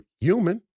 human